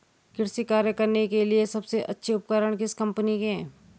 कृषि कार्य करने के लिए सबसे अच्छे उपकरण किस कंपनी के हैं?